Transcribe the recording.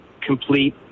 complete